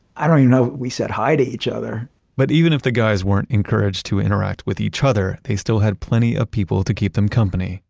i don't even know if we said hi to each other but even if the guys weren't encouraged to interact with each other, they still had plenty of people to keep them company,